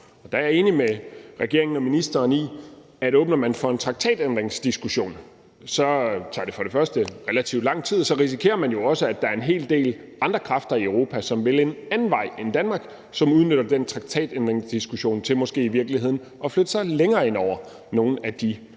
er jeg enig med regeringen og med ministeren i, at åbner man for en traktatændringsdiskussion, tager det for det første relativt lang tid, og så risikerer man jo også, at der er en hel del andre kræfter i Europa, som vil en anden vej end Danmark, og som udnytter den traktatændringsdiskussion til måske i virkeligheden at flytte sig længere ind over nogle af de social-